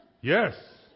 Yes